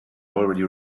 already